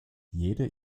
jede